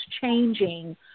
changing